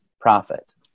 profit